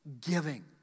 giving